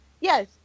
yes